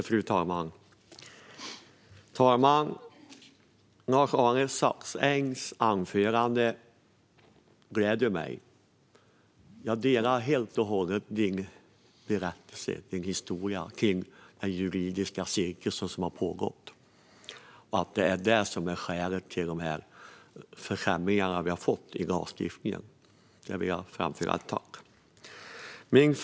Fru talman! Lars-Arne Staxängs anförande gläder mig. Jag delar helt och hållet hans berättelse om den juridiska cirkus som har pågått och att det är den som är skälet till försämringarna i lagstiftningen. Därför vill jag framföra ett tack.